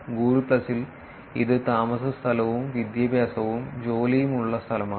Google പ്ലസിൽ ഇത് താമസസ്ഥലവും വിദ്യാഭ്യാസവും ജോലിയും ഉള്ള സ്ഥലമാണ്